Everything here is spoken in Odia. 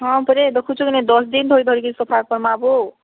ହଁ ପରେ ଦେଖୁଛୁ କି ନାଇଁ ଦଶ୍ ଦିନ୍ ଧରି ଧରି କିରି ସଫା କରମା ବୋ